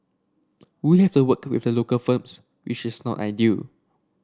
we have to work with the local firms which is not ideal